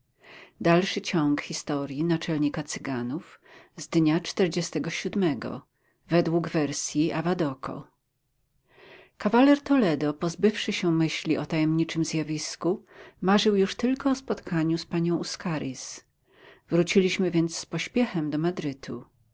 dalszy ciąg historii naczelnika cyganów z dnia czterdziestego siódmego według wersji avadoko kawaler toledo pozbywszy się myśli o tajemniczym zjawisku marzył już tylko o spotkaniu z panią uscariz wróciliśmy więc z pośpiechem do madrytu